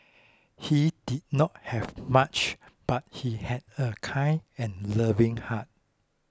he did not have much but he had a kind and loving heart